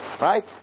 right